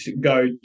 go